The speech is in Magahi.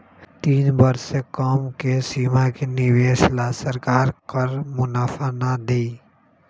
तीन वर्ष से कम के सीमा के निवेश ला सरकार कर मुनाफा ना देई